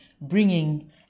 bringing